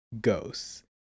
ghosts